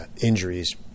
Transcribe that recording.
injuries